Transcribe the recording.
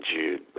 Jude